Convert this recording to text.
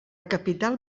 capital